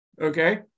okay